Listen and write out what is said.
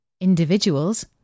Individuals